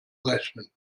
rechnen